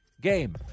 game